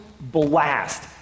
blast